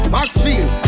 Maxfield